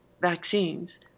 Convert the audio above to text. vaccines